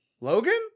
logan